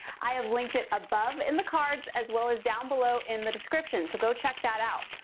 i have linked it above in the cards as well as down below in the description, so go check that out.